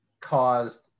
caused